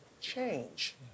change